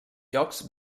llocs